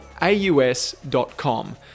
AUS.com